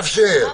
תודה.